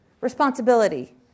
Responsibility